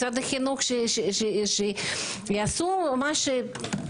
משרד החינוך שיעשו משהו,